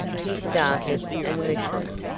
he started and listened,